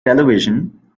television